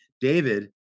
David